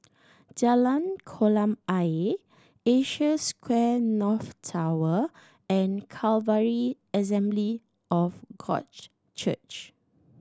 Jalan Kolam Ayer Asia Square North Tower and Calvary Assembly of God Church